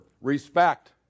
respect